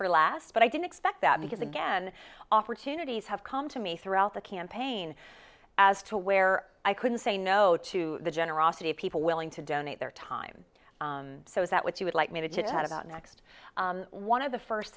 for last but i can expect that because again offer to unities have come to me throughout the campaign as to where i couldn't say no to the generosity of people willing to donate their time so is that what you would like me to just head about next one of the first